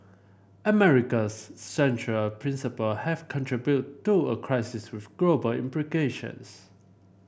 America's central principle have contribute to a crisis with global implications